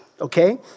okay